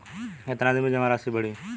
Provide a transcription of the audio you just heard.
कितना दिन में जमा राशि बढ़ी?